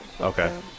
Okay